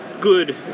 good